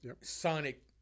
sonic